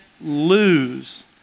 lose